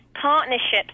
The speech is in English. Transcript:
partnerships